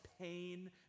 pain